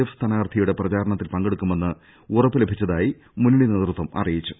F സ്ഥാനാർത്ഥിയുടെ പ്രചരണത്തിൽ പങ്കെടുക്കു മെന്ന് ഉറപ്പ് ലഭിച്ചതായി മുന്നണി നേതൃത്വം അറിയിച്ചു